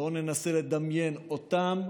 בואו ננסה לדמיין אותם,